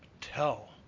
Tell